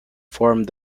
formed